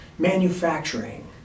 manufacturing